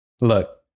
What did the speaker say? Look